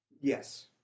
Yes